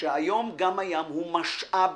שהיום גם הים הוא משאב